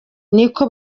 niko